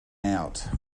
out